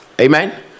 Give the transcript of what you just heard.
Amen